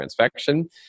transfection